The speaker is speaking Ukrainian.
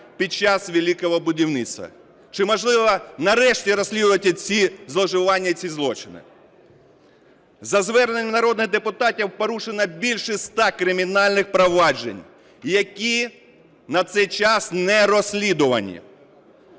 під час "Великого будівництва"? Чи можливо нарешті розслідувати ці зловживання і ці злочини? За зверненнями народних депутатів порушено більше ста кримінальних проваджень, які на цей час не розслідувані.